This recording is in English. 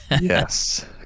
Yes